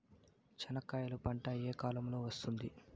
చెనక్కాయలు పంట ఏ కాలము లో వస్తుంది